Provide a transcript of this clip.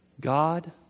God